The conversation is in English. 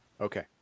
Okay